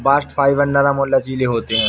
bast fibre नरम और लचीले होते हैं